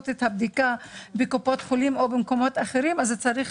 את הבדיקה בקופות חולים או במקומות אחרים צריך